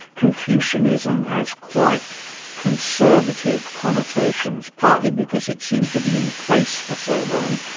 confucianism has quite conservative connotations, partly because it seemed to be in place for so long,